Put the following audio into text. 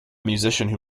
musician